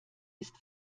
ist